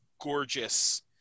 gorgeous